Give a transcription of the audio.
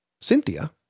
Cynthia